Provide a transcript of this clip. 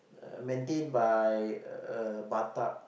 uh maintained by a batak